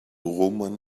woman